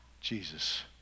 Jesus